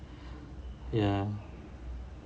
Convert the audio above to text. ya